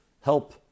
help